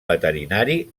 veterinari